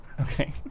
Okay